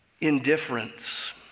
Indifference